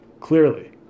clearly